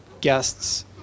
guests